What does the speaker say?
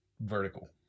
vertical